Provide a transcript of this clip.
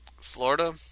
Florida